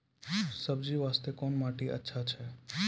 सब्जी बास्ते कोन माटी अचछा छै?